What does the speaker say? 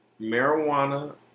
marijuana